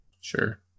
Sure